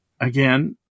Again